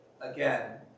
Again